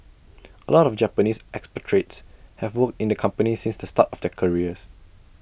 A lot of the Japanese expatriates have worked in the company since the start of their careers